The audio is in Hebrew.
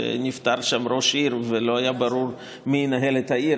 שנפטר שם ראש עיר ולא היה ברור מי ינהל את העיר,